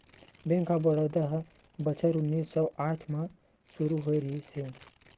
bank of Baroda ह बछर उन्नीस सौ आठ म सुरू होए रिहिस हे